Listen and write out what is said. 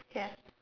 ya